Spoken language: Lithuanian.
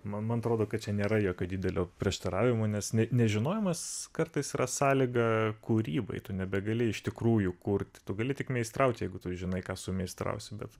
man atrodo kad čia nėra jokio didelio prieštaravimo nes nežinojimas kartais yra sąlyga kūrybai tu nebegali iš tikrųjų kurt tu gali tik meistraut jeigu tu žinai ką sumeistrausi bet